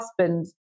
husband